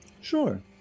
Sure